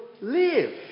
live